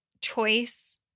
choice